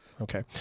okay